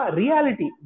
reality